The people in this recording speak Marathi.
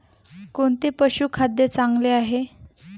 कोणते पशुखाद्य चांगले आहे?